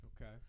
Okay